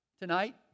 tonight